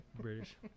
British